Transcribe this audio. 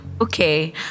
Okay